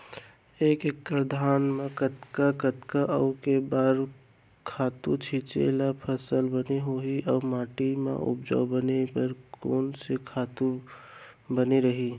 एक एक्कड़ धान बर कतका कतका अऊ के बार खातू छिंचे त फसल बने होही अऊ माटी ल उपजाऊ बनाए बर कोन से खातू बने रही?